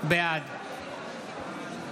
בעד